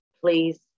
please